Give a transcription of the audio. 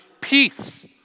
peace